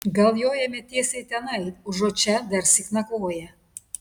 gal jojame tiesiai tenai užuot čia darsyk nakvoję